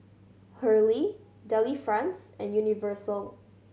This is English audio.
Hurley Delifrance and Universal